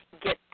Get